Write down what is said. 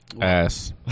Ass